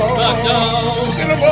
SmackDown